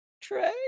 Trey